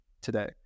today